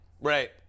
Right